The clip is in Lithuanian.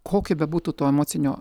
kokio bebūtų to emocinio